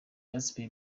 justin